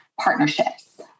partnerships